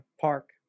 park